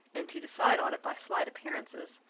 and to decide on it by slight appearances,